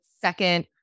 second